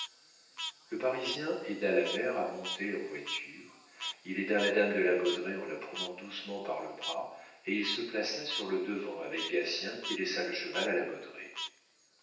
le parisien aida la mère à monter en voiture il aida madame de la baudraye en la prenant doucement par le bras et il se plaça sur le devant avec gatien qui laissa le cheval à la